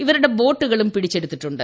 ഇവരുടെ ബോട്ടുകളും പിടിച്ചെടുത്തിട്ടുണ്ട്